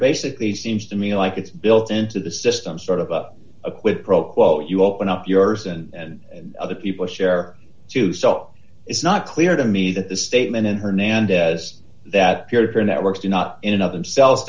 basically seems to me like it's built into the system sort of a quid pro quo you open up yours and other people share too so it's not clear to me that the statement in hernandez that peer to peer networks do not enough themselves